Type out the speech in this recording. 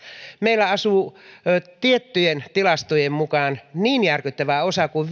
meillä asuu tiettyjen tilastojen mukaan niin järkyttävä osa kuin